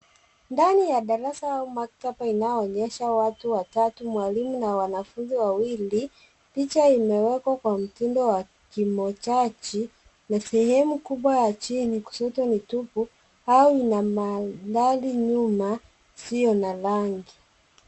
Ndani ya darasa au maktaba inayoonyesha watu watatu mwalimu na wanafunzi wawili picha imewekwa kwa mtindo wa kimojaji ni sehemu kubwa ya chini kusudi ni tupu au ina maandhari nyuma isio na rangi.